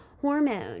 hormone